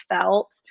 felt